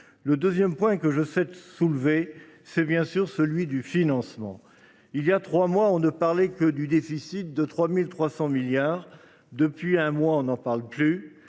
Le deuxième point que je souhaite soulever est bien sûr celui du financement. Il y a trois mois, on ne parlait que de la dette publique de 3 300 milliards d’euros. Depuis un mois, on n’en parle plus,